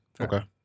Okay